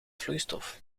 vloeistof